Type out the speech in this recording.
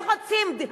הם רוצים צדק חברתי.